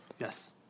Yes